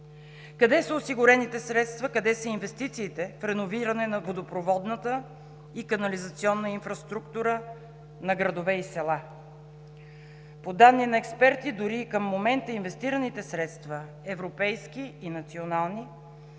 Къде са осигурените средства, къде са инвестициите в реновиране на водопроводната и канализационна инфраструктура на градове и села? По данни на експерти дори и към момента инвестираните средства – европейски и национални,